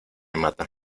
mata